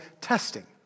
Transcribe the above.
testing